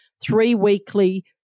three-weekly